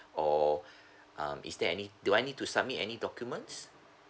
or um is there any do I need to submit any documents